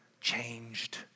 changed